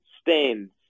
Stain's